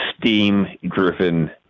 steam-driven